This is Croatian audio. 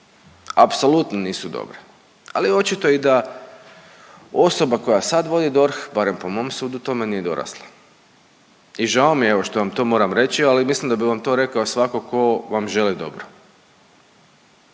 apsolutno nisu dobre. Ali očito je i da osoba koja sada vodi DORH, barem po mom sudu tome nije dorasla. I žao mi je evo što vam to moram reći, ali mislim da bi vam to rekao svatko tko vam želi dobro.